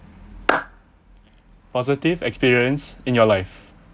positive experience in your life